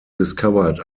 discovered